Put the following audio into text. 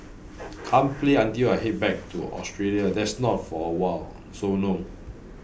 can't play until I head back to Australia that's not for awhile so no